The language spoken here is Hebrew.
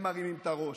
הם מרימים את הראש,